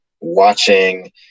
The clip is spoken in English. watching